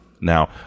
Now